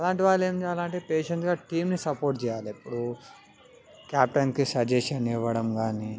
అలాంటి వాళ్ళు ఏం చేయాలి అంటే పెషెన్స్గా టీంని సపోర్ట్ చేయాలి ఇప్పుడూ క్యాప్టన్కి సజెషన్ ఇవ్వడం కానీ